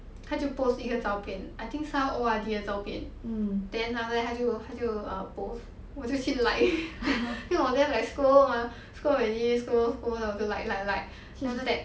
他就 post 一个照片 I think 是他的 O_R_D 的照片 then after that 他就他就 err post 我就去 like 因为我 just like scroll mah scroll already scroll scroll then 我就 like like like then after that